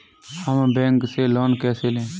हम बैंक से लोन कैसे लें?